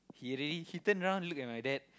he really he turn around look at my dad